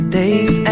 day's